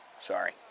sorry